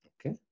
Okay